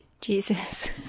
jesus